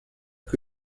que